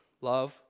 love